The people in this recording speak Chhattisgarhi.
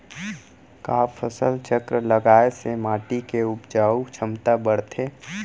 का फसल चक्र लगाय से माटी के उपजाऊ क्षमता बढ़थे?